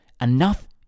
enough